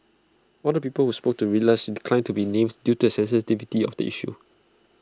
all the people who spoke to Reuters declined to be named due to the sensitivity of the issue